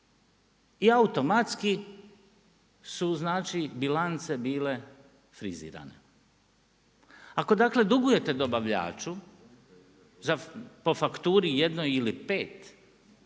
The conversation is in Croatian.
Ja automatski su znači bilance bile frizirane. Ako dakle, dugujete dobavljaču, po fakturi jednoj ili 5